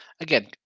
again